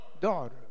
daughter